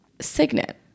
signet